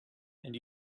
and